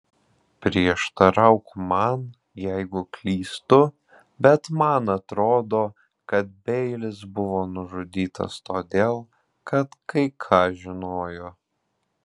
prieštarauk man jeigu klystu bet man atrodo kad beilis buvo nužudytas todėl kad kai ką žinojo